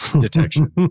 detection